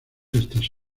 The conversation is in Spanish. estas